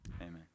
Amen